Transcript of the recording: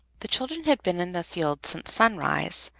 the children had been in the field since sunrise,